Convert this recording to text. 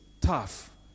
tough